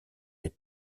est